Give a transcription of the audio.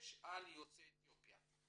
בדגש על יוצאי אתיופיה.